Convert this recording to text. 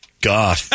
God